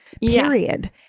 period